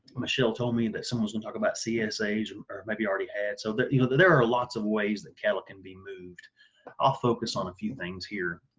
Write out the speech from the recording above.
michelle told me that someone's gonna talk about csa's or maybe already has so that you know that there are lots of ways that cattle can be moved i'll focus on a few things here